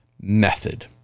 method